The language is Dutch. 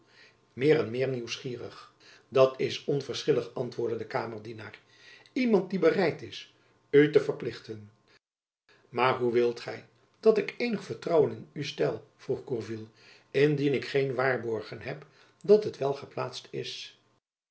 meer en meer nieuwsgierig dat is onverschillig antwoordde de kamerdienaar iemand die bereid is u te verplichten jacob van lennep elizabeth musch maar hoe wilt gy dat ik eenig vertrouwen in u stel vroeg gourville indien ik geen waarborgen heb dat het wel geplaatst is